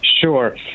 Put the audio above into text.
Sure